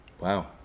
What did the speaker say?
Wow